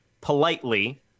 politely